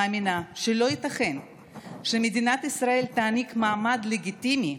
מאמינה שלא ייתכן שמדינת ישראל תעניק מעמד לגיטימי,